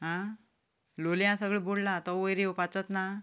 आं लोलयां सगळें बुडलां तो वयर येवपाचोच ना